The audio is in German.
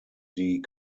die